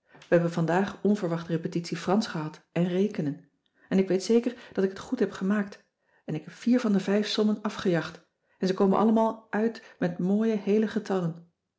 we hebben vandaag onverwacht repetitie fransch gehad en rekenen en ik weet zeker dat ik het goed heb gemaakt en k heb vier van de vijf sommen afgejacht en ze komen allemaal uit met mooie heele getallen